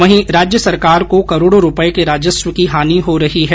वहीं राज्य सरकार को करोड़ों रूपए के राजस्व की हानि हो रही है